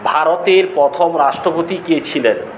ভারতের প্রথম রাষ্ট্রপতি কে ছিলেন